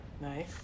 Nice